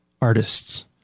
artists